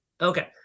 Okay